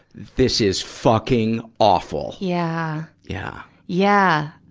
this is fucking awful! yeah. yeah. yeah.